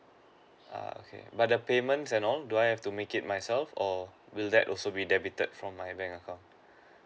uh okay but the payments and all do I have to make it myself or will that also be debited from my bank account